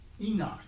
Enoch